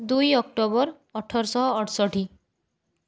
ଦୁଇ ଅକ୍ଟୋବର ଅଠରଶହ ଅଠଷଠି